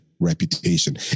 reputation